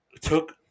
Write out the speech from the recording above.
took –